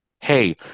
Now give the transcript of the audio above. Hey